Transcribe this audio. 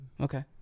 okay